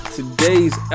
today's